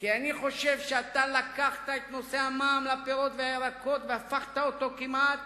כי אני חושב שאתה לקחת את נושא המע"מ לפירות ולירקות והפכת אותו כמעט